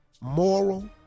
moral